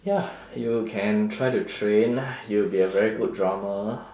ya you can try to train you'll be a very good drummer